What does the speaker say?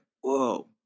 whoa